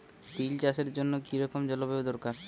তিল চাষের জন্য কি রকম জলবায়ু দরকার?